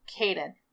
Caden